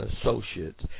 Associates